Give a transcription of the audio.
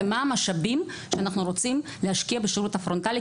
ומה המשאבים שאנחנו רוצים להשקיע בשירות הפרונטלי,